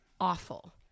awful